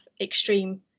extreme